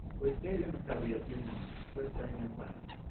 we stayed in the cubby a few moments, whispering and planning.